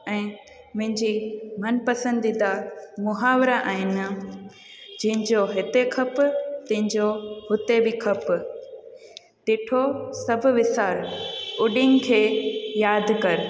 ऐं मुंहिंजे मनपसंदीदा मुहावरा आहिनि जंहिंजो हिते खप तंहिंजो हुते बि खप ॾिठो सभु वीसार उॾीनि खे यादि कर